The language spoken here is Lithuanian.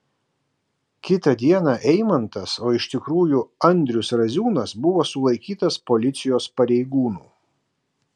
kitą dieną eimantas o iš tikrųjų andrius raziūnas buvo sulaikytas policijos pareigūnų